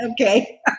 Okay